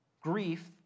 Grief